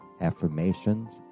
affirmations